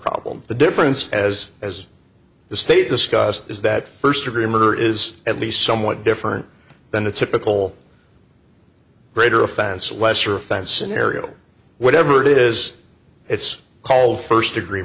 problem the difference as as the state discussed is that first degree murder is at least somewhat different than a typical greater offense lesser offense an aerial whatever it is it's called first degree